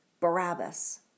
Barabbas